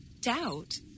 Doubt